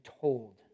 told